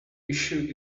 issue